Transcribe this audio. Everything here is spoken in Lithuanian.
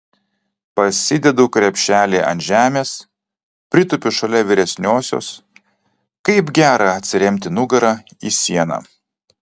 pasidedu krepšelį ant žemės pritūpiu šalia vyresniosios kaip gera atsiremti nugara į sieną